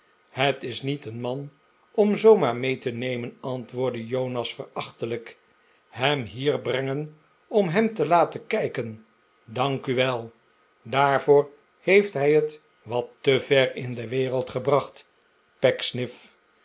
het is niet een man om zoo maar mee te komen antwoordde jonas verachtelijk hem hier brengen om hem te laten kijken dank u wel daarvoor heeft hij het wat te ver in de wereld gebracht